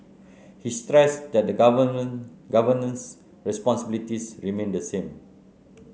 he stressed that the Government Government's responsibilities remain the same